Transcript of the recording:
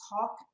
talk